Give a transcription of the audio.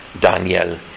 Daniel